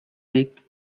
week